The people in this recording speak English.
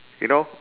you know